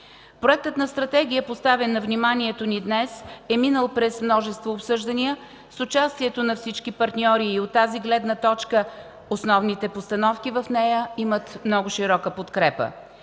Проектът на стратегия, поставен на вниманието ни днес, е минал през множество обсъждания с участието на всички партньори и от тази гледна точка основните постановки в нея имат много широка подкрепа.